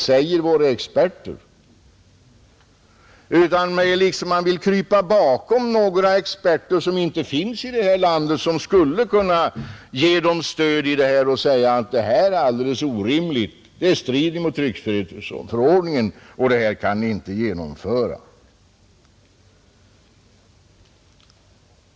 Man vill liksom krypa bakom experter som inte finns i det här landet men som skulle kunna ge sitt stöd till uppfattningen att förslaget om annonsskatten är alldeles orimligt, att det strider mot tryckfrihetsförordningen och att det inte kan genomföras.